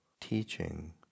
teaching